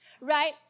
right